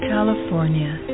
California